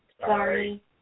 sorry